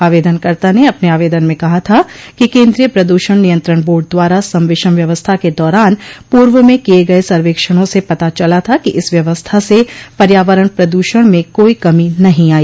आवेदनकर्ता ने अपने आवेदन में कहा था कि केन्द्रीय प्रदूषण नियंत्रण बोर्ड द्वारा सम विषम व्यवस्था के दौरान पूर्व में किये गये सर्वेक्षणों से पता चला था कि इस व्यवस्था से पर्यावरण प्रद्रषण में कोई कमी नहीं आई